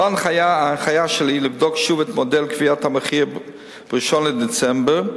לאור הנחיה שלי לבדוק שוב את מודל קביעת המחיר ב-1 בדצמבר,